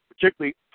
particularly